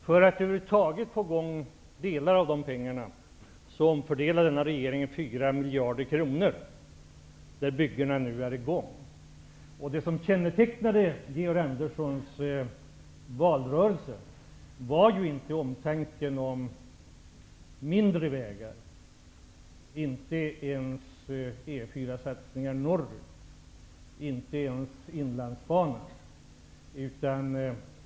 För att över huvud taget få i gång delar av pengarna omfördelade denna regering 4 miljarder kronor, och byggen har där kommit i gång. Det som kännetecknade Georg Anderssons agerande i valrörelse var inte omtanken om mindre vägar; inte ens omtanken om E 4-satsningen norrut, inte ens Inlandsbanan.